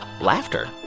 laughter